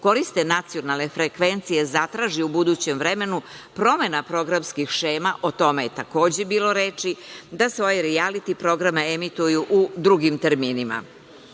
koriste nacionalne frekvencije zatraži u budućem vremenu promena programskih šema. O tome je takođe bilo reči da se ovi rijaliti programi emituju u drugim terminima. To